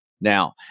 Now